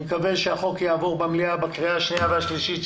אני מקווה שהחוק יעבור במליאה בקריאה השנייה ושלישית.